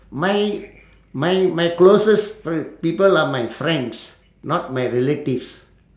my my my closest f~ people are my friends not my relatives